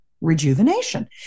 rejuvenation